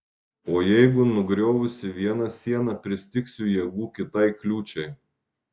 o jeigu nugriovusi vieną sieną pristigsiu jėgų kitai kliūčiai